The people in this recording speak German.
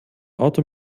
auto